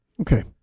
Okay